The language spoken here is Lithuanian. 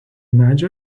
medžio